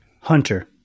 Hunter